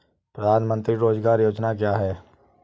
प्रधानमंत्री रोज़गार योजना क्या है?